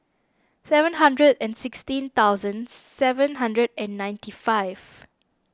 seven hundred and sixteen thousand seven hundred and ninety five